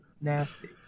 Nasty